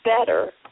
better